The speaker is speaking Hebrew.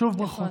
שוב ברכות.